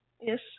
Yes